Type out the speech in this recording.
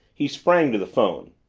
he sprang to the phone.